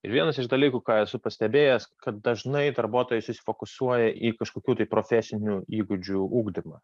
ir vienas iš dalykų ką esu pastebėjęs kad dažnai darbuotojai susifokusuoja į kažkokių tai profesinių įgūdžių ugdymą